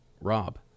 rob